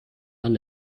dann